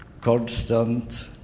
constant